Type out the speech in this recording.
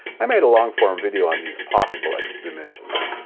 i made a long form video on these possible extra dimensions.